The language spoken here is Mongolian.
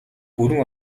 бүрэн